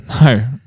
No